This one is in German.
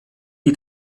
die